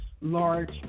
large